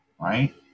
right